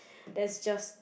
that's just